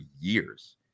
years